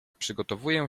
przygotowuję